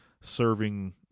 serving